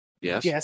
Yes